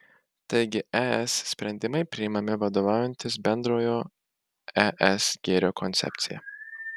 taigi es sprendimai priimami vadovaujantis bendrojo es gėrio koncepcija